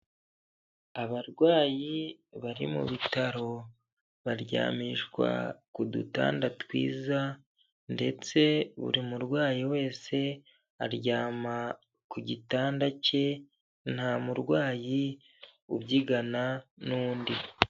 Abarwayi bari mu bitaro baryamishwa ku dutanda twiza, ndetse buri murwayi wese aryama ku gitanda cye. Nta murwayi ubyigana n'ndi.